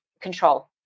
control